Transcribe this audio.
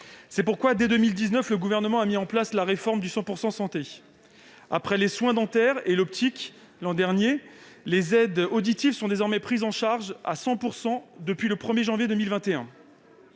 C'est pourquoi, dès 2019, le Gouvernement a mis en place la réforme du « 100 % santé ». Après les soins dentaires et l'optique l'an dernier, les aides auditives sont désormais prises en charge à 100 % depuis le 1 janvier 2021.